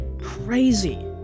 Crazy